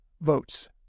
votes